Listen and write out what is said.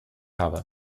habe